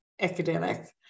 academic